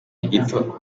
gito